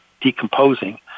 decomposing